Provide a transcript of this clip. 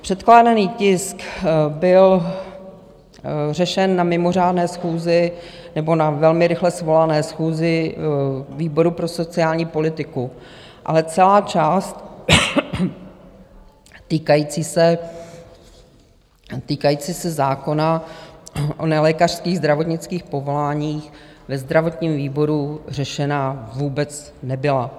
Předkládaný tisk byl řešen na mimořádné schůzi nebo na velmi rychle svolané schůzi výboru pro sociální politiku, ale celá část týkající se zákona o nelékařských zdravotnických povoláních ve zdravotním výboru řešena vůbec nebyla.